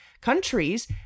countries